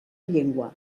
llengua